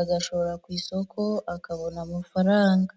agashora ku isoko akabona amafaranga.